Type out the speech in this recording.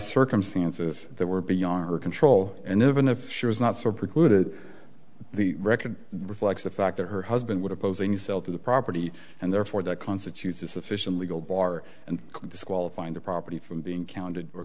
circumstances that were beyond her control and even if she was not surprised would it the record reflects the fact that her husband would opposing sell to the property and therefore that constitutes a sufficient legal bar and disqualify the property from being counted